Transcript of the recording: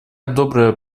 добрая